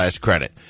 credit